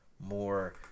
more